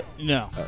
No